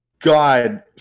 God